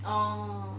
orh